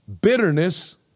Bitterness